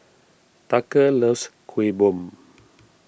Tucker loves Kuih Bom